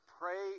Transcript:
pray